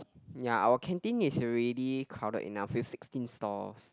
ya our canteen is already crowded enough we have sixteen stalls